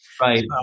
Right